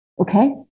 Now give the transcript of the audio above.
Okay